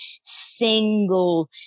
single